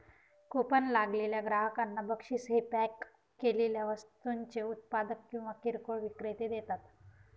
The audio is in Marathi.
कुपन लागलेल्या ग्राहकांना बक्षीस हे पॅक केलेल्या वस्तूंचे उत्पादक किंवा किरकोळ विक्रेते देतात